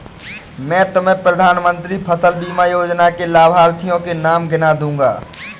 मैं तुम्हें प्रधानमंत्री फसल बीमा योजना के लाभार्थियों के नाम गिना दूँगा